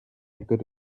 good